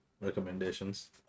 recommendations